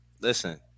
listen